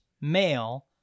male